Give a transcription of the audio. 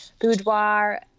boudoir